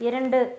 இரண்டு